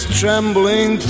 trembling